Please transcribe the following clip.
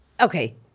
Okay